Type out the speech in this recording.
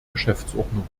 geschäftsordnung